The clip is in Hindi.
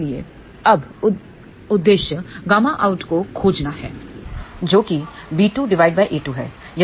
इसलिए अब उद्देश्य ƬOUTको खोजना है जोकि b2a2 है